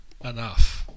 enough